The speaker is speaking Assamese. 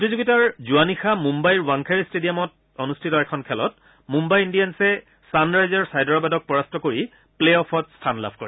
প্ৰতিযোগিতাৰ যোৱা নিশা মুম্বাইৰ ৱাংখেড়ে ট্টেডিয়ামত অনুষ্ঠিত এখন খেলত মুম্বাই ইণ্ডিয়ান্ছে ছানৰাইজাৰ্ছ হায়দৰাবাদক পৰাস্ত কৰি প্লে অফত স্থান লাভ কৰে